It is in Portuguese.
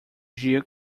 dia